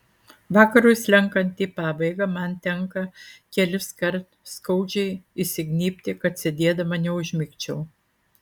vakarui slenkant į pabaigą man tenka keliskart skaudžiai įsignybti kad sėdėdama neužmigčiau